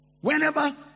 Whenever